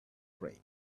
pray